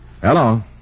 Hello